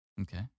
Okay